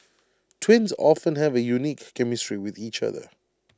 twins often have A unique chemistry with each other